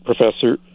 Professor